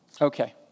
Okay